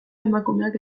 emakumeok